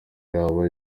yabo